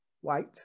white